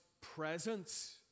presence